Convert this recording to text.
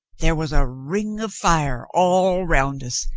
there was a ring of fire all round us,